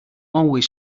always